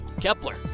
Kepler